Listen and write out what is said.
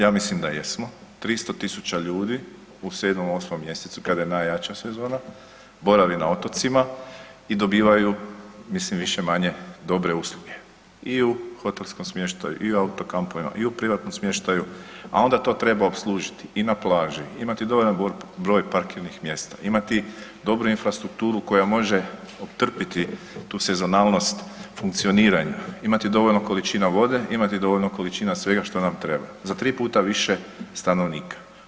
Ja mislim da jesmo, 300.000 ljudi u 7.-8. mjesecu kada je najjača sezona, boravi na otocima i dobivaju mislim više-manje dobre usluge i u hotelskom smještaju i u auto kampovima i u privatnom smještaju, a onda to treba opslužiti i na plaži, imati dovoljan broj parkirnih mjesta, imati dobru infrastrukturu koja može optrpiti tu senzualnost funkcioniranja, imati dovoljno količina vode, imati dovoljno količina svega što nam treba, za 3 puta više stanovnika.